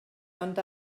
ond